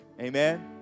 Amen